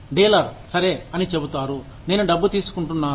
dealer సరే అని చెబుతారు నేను డబ్బు తీసుకుంటున్నాను